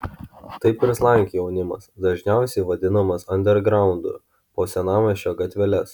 taip ir slankiojo jaunimas dažniausiai vadinamas andergraundu po senamiesčio gatveles